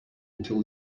until